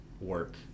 work